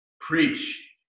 preach